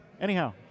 Anyhow